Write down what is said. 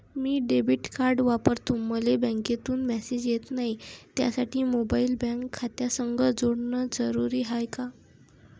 मी debit card वापरतो मले बँकेतून मॅसेज येत नाही, त्यासाठी मोबाईल बँक खात्यासंग जोडनं जरुरी हाय का?